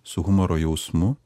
su humoro jausmu